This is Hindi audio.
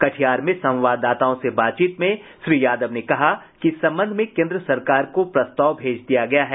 कटिहार में संवाददाताओं से बातचीत में श्री यादव ने कहा कि इस संबंध में केन्द्र सरकार को प्रस्ताव भेज दिया गया है